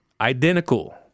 identical